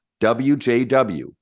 WJW